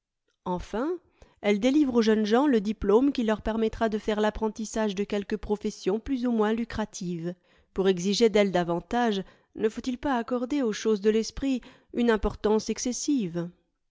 enfin elle délivre aux jeunes gens le diplôme qui leur permettra de faire l'apprentissage de quelque profession plus ou moins lucrative pour exiger d'elle davantage ne faut-il pas accorder aux choses de l'esprit une importance excessive